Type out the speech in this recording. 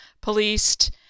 policed